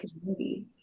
community